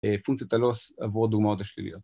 פונקציית הלוס עבור דוגמאות השליליות